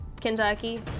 Kentucky